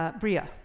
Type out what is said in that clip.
ah bria.